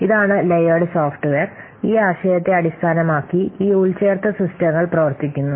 ഇതാണ് layered software ഈ ആശയത്തെ അടിസ്ഥാനമാക്കി ഈ ഉൾച്ചേർത്ത സിസ്റ്റങ്ങൾ പ്രവർത്തിക്കുന്നു